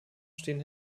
stehen